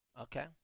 Okay